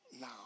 now